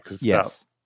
yes